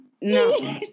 No